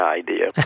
idea